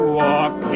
walk